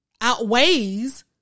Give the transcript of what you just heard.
outweighs